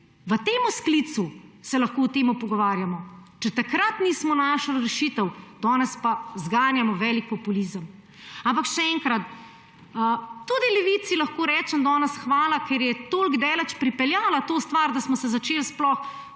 v tem sklicu, se lahko o tem pogovarjamo, če takrat nismo našli rešitev, danes pa zganjamo velik populizem. Ampak še enkrat, tudi Levici lahko danes rečem hvala, ker je toliko daleč pripeljala to stvar, da smo se začeli sploh